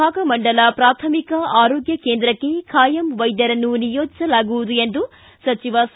ಭಾಗಮಂಡಲ ಪ್ರಾಥಮಿಕ ಆರೋಗ್ಯ ಕೇಂದ್ರಕ್ಕೆ ಖಾಯಂ ವೈದ್ಯರನ್ನು ನಿಯೋಜಿಸಲಾಗುವುದು ಎಂದು ಸಚಿವ ಸಾ